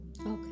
Okay